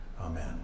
Amen